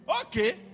Okay